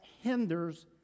hinders